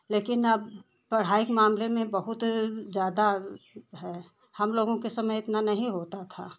लेकिन अब पढ़ाई के मामले में बहुत ज़्यादा है हम लोगों के समय इतना नहीं होता था